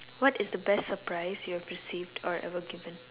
what is the best surprise you have received or ever given